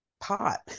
pot